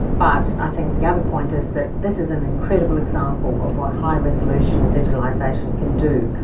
but i think the other point is that this is an incredible example of what high resolution digitalisation can do.